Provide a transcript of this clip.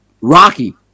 Rocky